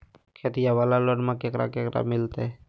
खेतिया वाला लोनमा केकरा केकरा मिलते?